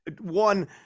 One